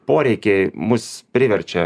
poreikiai mus priverčia